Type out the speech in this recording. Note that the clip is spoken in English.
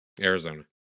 Arizona